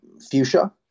Fuchsia